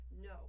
No